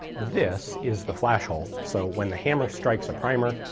this is the flash hole, so when the hammer strikes a primer,